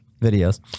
videos